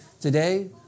today